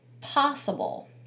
possible